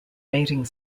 mating